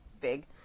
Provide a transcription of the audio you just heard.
big